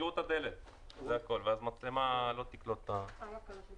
גרמה לאורך זמן לניוון האינסטינקטים הבסיסיים של הטייס,